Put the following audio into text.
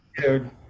dude